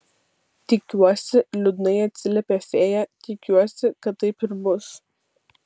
tikiuosi liūdnai atsiliepė fėja tikiuosi kad taip ir bus